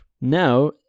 now